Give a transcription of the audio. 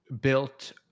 built